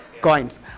coins